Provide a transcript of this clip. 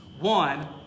One